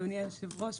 אדוני היושב-ראש,